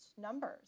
numbers